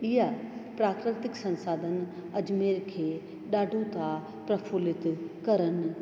इहा प्राकृतिक संसाधन अजमेर खे ॾाढो था प्रफुलित करनि